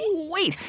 wait,